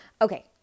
Okay